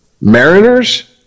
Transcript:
Mariners